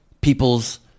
people's